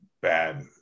bad